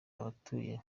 abatuye